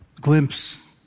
glimpse